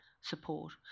support